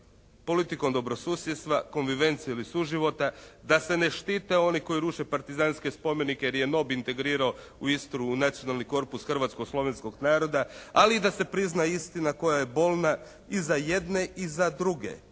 Politikom dobrosusjedstva, … /Govornik se ne razumije./ … suživota da se ne štite oni koji ruše partizanske spomenike jer je NOB integrirao Istru u Nacionalni korpus Hrvatsko-Slovenskog naroda. Ali i da se prizna istina koja je bolna i za jedne i za druge.